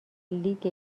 لیگ